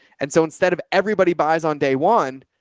and so instead of everybody buys on day one,